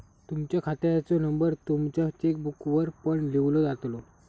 तुमच्या खात्याचो नंबर तुमच्या चेकबुकवर पण लिव्हलो जातलो